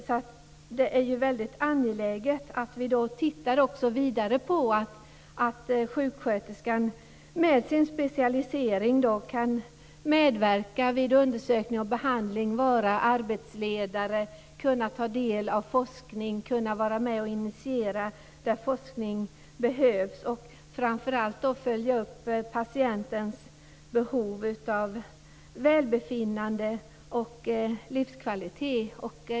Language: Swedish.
Därför är det väldigt angeläget att vi också tittar vidare på att sjuksköterskan med sin specialisering kan medverka vid undersökning och behandling, vara arbetsledare, kunna ta del av forskning, kunna vara med och initiera forskning där sådan behövs och framför allt följa upp patientens behov av välbefinnande och livskvalitet.